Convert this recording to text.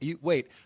wait